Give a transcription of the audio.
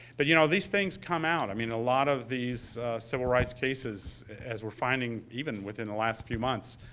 but you know, these things come out. i mean, a lot of these civil rights cases, as we're finding even within the last few months,